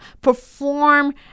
perform